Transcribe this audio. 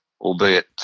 albeit